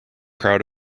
crowd